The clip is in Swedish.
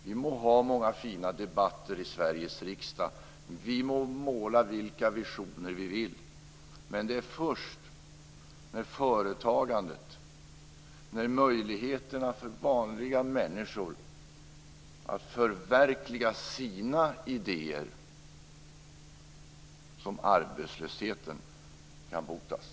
Vi må ha många fina debatter i Sveriges riksdag och vi må måla vilka visioner vi vill men det är först i och med företagandet och möjligheterna för vanliga människor att förverkliga sina idéer som arbetslösheten kan botas.